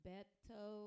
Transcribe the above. Beto